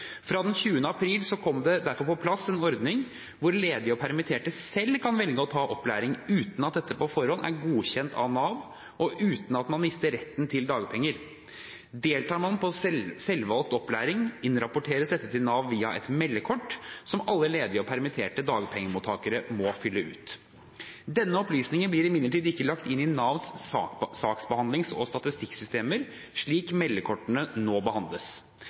Fra den 20. april kom det derfor på plass en ordning hvor ledige og permitterte selv kan velge å ta opplæring uten at dette på forhånd er godkjent av Nav, og uten at man mister retten til dagpenger. Deltar man på selvvalgt opplæring, innrapporteres dette til Nav via et meldekort som alle ledige og permitterte dagpengemottakere må fylle ut. Denne opplysningen blir imidlertid ikke lagt inn i Navs saksbehandlings- og statistikksystemer slik meldekortene nå behandles.